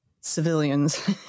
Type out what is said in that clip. civilians